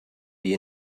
you